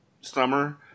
summer